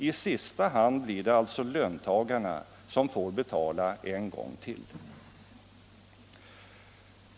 I sista hand blir det alltså löntagarna som får betala en gång till.